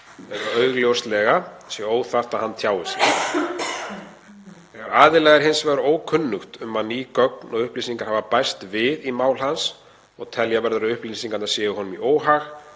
hans eða augljóslega sé óþarft að hann tjái sig. Þegar aðila er hins vegar ókunnugt um að ný gögn og upplýsingar hafi bæst við í máli hans og telja verður að upplýsingarnar séu honum í óhag